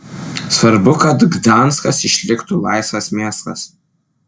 svarbu kad gdanskas išliktų laisvas miestas